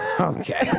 Okay